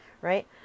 right